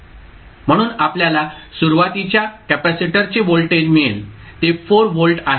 म्हणून आपल्याला सुरुवातीच्या कॅपेसिटरचे व्होल्टेज मिळेल ते 4 व्होल्ट आहे